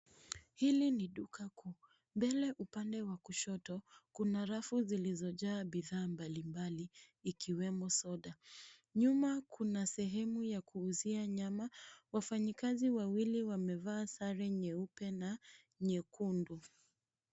Hili ni duka kubwa. Mbele upande wa kushoto, kuna rafu zilizojaa bidhaa mbalimbali, ikiwemo soda. Nyuma kuna sehemu ya kuuzia nyama. Wafanyikazi wawili wamevaa sare nyeupe na nyekundu.